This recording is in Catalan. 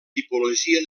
tipologia